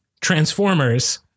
transformers